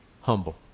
Humble